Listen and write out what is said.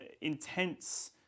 intense